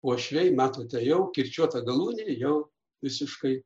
uošviai matote jau kirčiuota galūnė jau visiškai